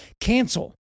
Cancel